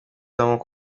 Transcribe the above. iyo